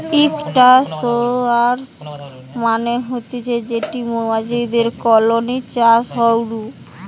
ইকটা সোয়ার্ম মানে হতিছে যেটি মৌমাছির কলোনি চাষ হয়ঢু